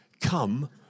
come